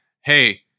hey